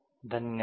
धन्यवाद